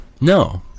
no